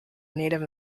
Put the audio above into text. native